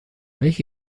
welche